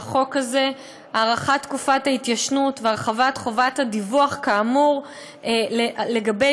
הארכת תקופת ההתיישנות והרחבת חובת הדיווח כאמור לגבי